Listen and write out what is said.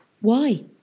Why